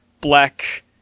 black